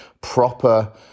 proper